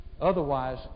Otherwise